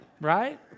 right